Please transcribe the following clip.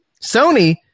Sony